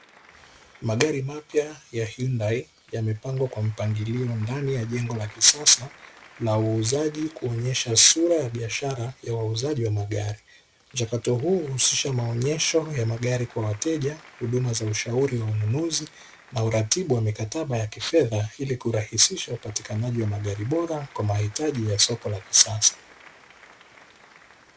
Magari mapya ya "hyundai" yamepangwa kwa mpangilio ndani ya jengo la kisasa la uuzaji kuonyesha sura ya biashara ya uuzaji wa magari. Mchakato huu huhusisha maonyesho ya magari kwa wateja, huduma za ushauri na wanunuzi au uratibu wa mikataba ya kifedha ili kurahisisha upatikanaji wa magari bora katika soko la kisasa.